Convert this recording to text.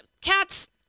Cat's